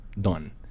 done